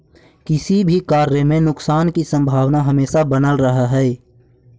किसी भी कार्य में नुकसान की संभावना हमेशा बनल रहअ हई